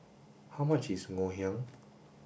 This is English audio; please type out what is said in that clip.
how much is Ngoh Hiang